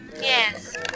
Yes